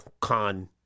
con